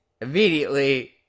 immediately